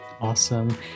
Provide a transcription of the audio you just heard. Awesome